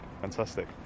fantastic